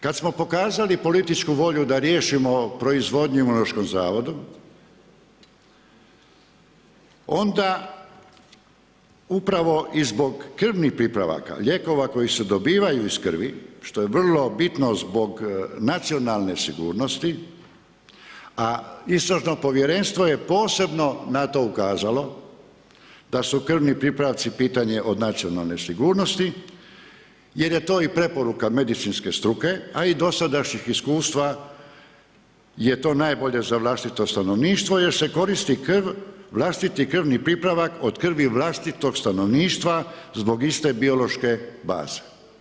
Kad smo pokazali političku volju da riješimo proizvodnju u Imunološkom zavodu, onda upravo i zbog krvnih pripravaka, lijekova koji se dobivaju iz krvi, što je bitno zbog nacionalne sigurnosti, a Istražno povjerenstvo je posebno na to ukazalo, da su krvni pripravci pitanje od nacionalne sigurnosti jer je to i preporuka medicinske struke, a i dosadašnjih iskustava je to najbolje za vlastito stanovništvo jer se koristi krv, vlastiti krvni pripravak od krvi vlastitog stanovništva zbog iste biološke baze.